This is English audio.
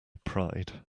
pride